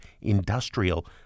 industrial